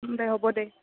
দে হ'ব দে